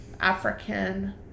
African